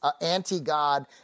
anti-God